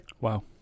Wow